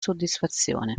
soddisfazione